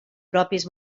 pròpies